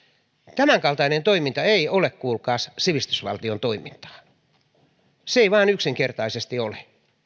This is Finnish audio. tämänkaltainen toiminta ei ole kuulkaas sivistysvaltion toimintaa se ei vain yksinkertaisesti ole